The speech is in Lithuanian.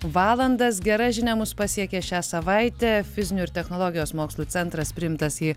valandas gera žinia mus pasiekė šią savaitę fizinių ir technologijos mokslų centras priimtas į